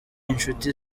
inshuti